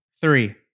three